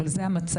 אבל זה המצב.